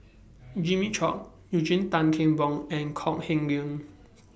Jimmy Chok Eugene Tan Kheng Boon and Kok Heng Leun